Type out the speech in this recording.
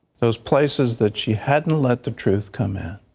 those places that she hadn't let the truth come out